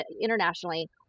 internationally